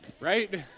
right